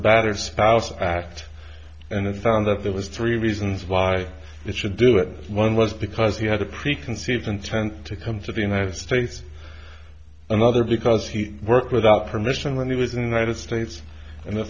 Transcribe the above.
battered spouse act and found that there was three reasons why it should do it one was because he had a preconceived intent to come to the united states another because he worked without permission when he was invited states and the